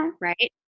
Right